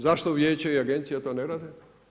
Zašto Vijeće i Agencija to ne rade?